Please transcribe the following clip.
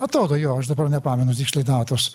atrodo jo aš dabar nepamenu tiksliai datos